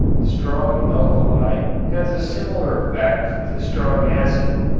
strong alkali has a similar effect to strong acid.